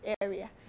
area